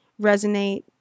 resonate